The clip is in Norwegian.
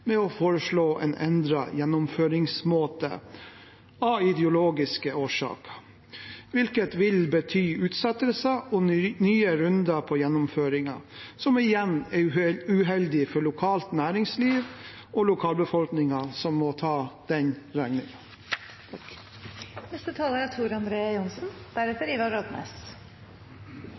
med, er selvsagt at opposisjonen legger inn snubletråder i sluttfasen av prosjektet, ved å foreslå en endret gjennomføringsmåte av ideologiske årsaker, hvilket vil bety utsettelser og nye runder i gjennomføringen, noe som igjen er uheldig for lokalt næringsliv og lokalbefolkningen, som må ta den regningen. Det er